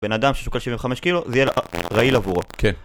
בן אדם ששוקל 75 קילו זה יהיה רעיל עבורו. כן.